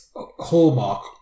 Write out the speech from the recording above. Hallmark